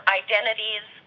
identities